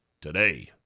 today